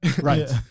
Right